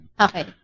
Okay